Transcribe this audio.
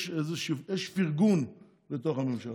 פרגון בתוך הממשלה,